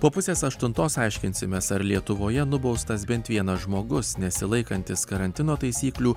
po pusės aštuntos aiškinsimės ar lietuvoje nubaustas bent vienas žmogus nesilaikantis karantino taisyklių